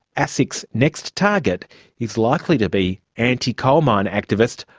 asic's next target is likely to be anti coal mine activist,